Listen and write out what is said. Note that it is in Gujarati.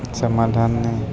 સમાધાનને